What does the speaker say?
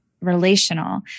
relational